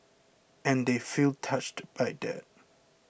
and they feel touched by that